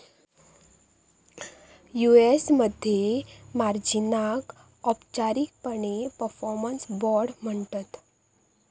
UAS मध्ये मार्जिनाक औपचारिकपणे परफॉर्मन्स बाँड म्हणतत